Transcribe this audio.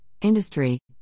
industry